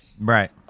Right